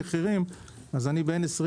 כנקודת פתיחה המחירים שלי הם בטווח